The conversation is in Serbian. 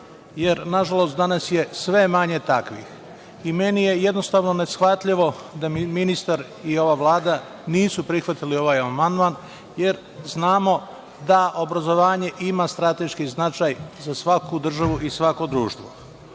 jer nažalost danas je sve manje takvih. Meni je neshvatljivo da ministar i ova Vlada nisu prihvatili ovaj amandman, jer znamo da obrazovanje ima strateški značaj za svaku državu i svako